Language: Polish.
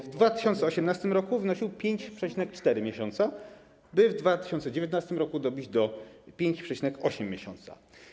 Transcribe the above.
W 2018 r. wynosił 5,4 miesiąca, by w 2019 r. dobić do 5,8 miesiąca.